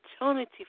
opportunity